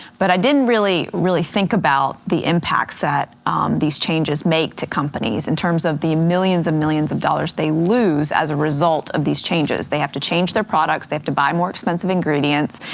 but i didn't really really think about the impacts that these changes make to companies in terms of the millions and millions of dollars they lose as a result of these changes. they have to change their products. they have to buy more expensive ingredients,